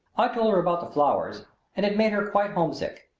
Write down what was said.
i told her about the flowers and it made her quite homesick.